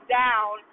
down